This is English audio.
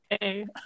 Hey